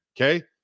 okay